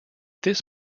this